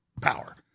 power